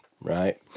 right